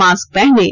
mask पहनें